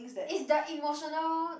is the emotional